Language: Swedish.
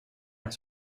tack